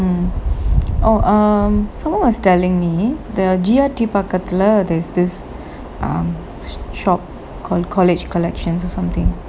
mm oh um someone was telling me the G_R_T பக்கத்துல:pakathula there is this um shop called college collections or something